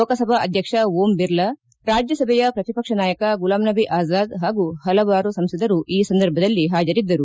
ಲೋಕಸಭಾ ಅಧ್ಯಕ್ಷ ಓಂ ಬಿರ್ಲಾ ರಾಜ್ಯಸಭೆಯ ಪ್ರತಿಪಕ್ಷ ನಾಯಕ ಗುಲಾಂನಬಿ ಆಜಾದ್ ಹಾಗೂ ಪಲವಾರು ಸಂಸದರು ಈ ಸಂದರ್ಭದಲ್ಲಿ ಪಾಜರಿದ್ದರು